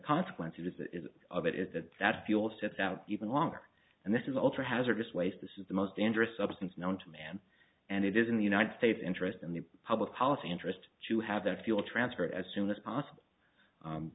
consequences is of it is that that fuel sits out even longer and this is ultra hazardous waste this is the most interest substance known to man and it is in the united states interest in the public policy interest to have that fuel transferred as soon as possible